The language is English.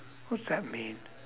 what's that mean